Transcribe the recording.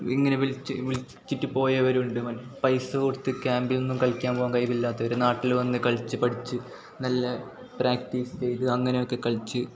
ഇങ്ങനെ വിളിച്ച് വിളിച്ചിട്ട് പോയവരുണ്ട് പൈസ കൊടുത്ത് ക്യാമ്പിനൊന്നും കളിക്കാൻ പോകാൻ കഴിവില്ലാത്തവർ നാട്ടിൽ വന്ന് കളിച്ച് പഠിച്ച് നല്ല പ്രാക്ടീസ് ചെയ്ത് അങ്ങനെ ഒക്കെ കളിച്ച്